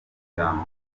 ijambo